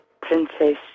Princess